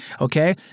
okay